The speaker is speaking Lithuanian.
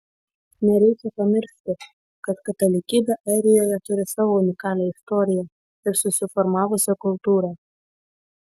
nereikia pamiršti kad katalikybė airijoje turi savo unikalią istoriją ir susiformavusią kultūrą